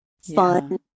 fun